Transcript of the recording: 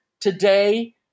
today